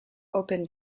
open